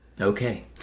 Okay